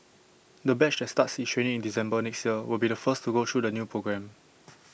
the batch that starts its training in December next year will be the first to go through the new programme